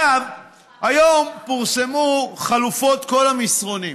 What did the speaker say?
היום פורסמו חלופות כל המסרונים,